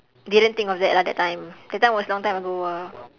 didn't think of that lah that time that time was long time ago !wah!